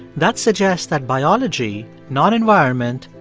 that suggests that biology, not environment,